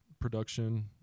production